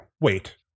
Wait